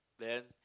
then